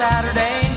Saturday